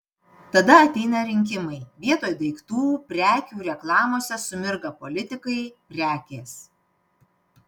tada ateina rinkimai vietoj daiktų prekių reklamose sumirga politikai prekės